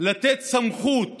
לתת סמכות